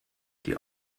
die